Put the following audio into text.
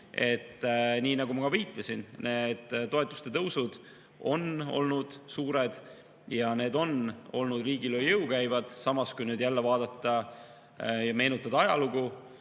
Nii nagu ma ka viitasin, toetuste tõusud on olnud suured ja need on olnud riigile üle jõu käivad. Samas, kui jälle vaadata ja meenutada ajalugu,